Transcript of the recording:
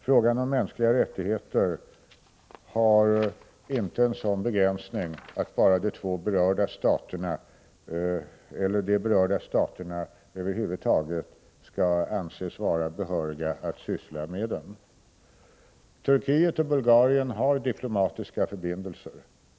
Frågan om mänskliga rättigheter har inte en sådan begränsning att bara de berörda staterna skall anses vara behöriga att syssla med den. Turkiet och Bulgarien har diplomatiska förbindelser.